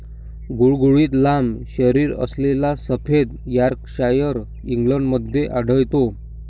गुळगुळीत लांब शरीरअसलेला सफेद यॉर्कशायर इंग्लंडमध्ये आढळतो